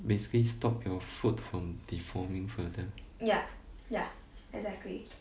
basically stop your foot from deforming further